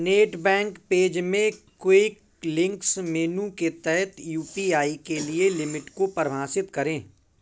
net bank page में quick links menu के तहत यू.पी.आई के लिए लिमिट को परिभाषित करें